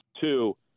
two